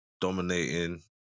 dominating